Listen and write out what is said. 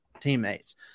teammates